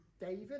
David